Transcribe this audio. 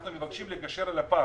אנחנו מבקשים לגשר על הפער.